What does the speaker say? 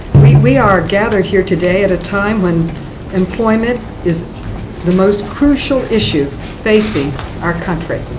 we we are gathered here today at a time when employment is the most crucial issue facing our country.